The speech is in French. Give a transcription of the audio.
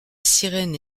sirène